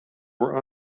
were